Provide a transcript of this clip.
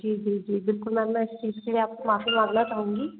जी जी जी बिल्कुल मैम मैं इस चीज़ के लिए आपसे माफ़ी मांगना चाहूंगी